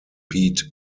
beat